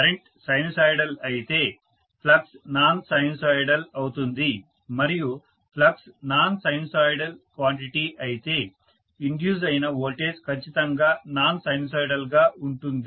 current sinusoidal అయితే flux non sinusoid అవుతుంది మరియు ఫ్లక్స్ నాన్ సైనుసోయిడ్ క్వాంటిటీ అయితే ఇండ్యూస్ అయిన వోల్టేజ్ ఖచ్చితంగా నాన్ సైనుసోయిడ్ గా ఉంటుంది